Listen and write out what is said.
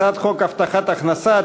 ועדת הכלכלה.